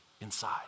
inside